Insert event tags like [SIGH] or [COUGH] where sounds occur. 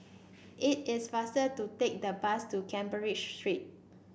it is faster to take the bus to [UNINTELLIGIBLE] Street